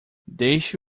deixe